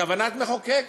כוונת מחוקק.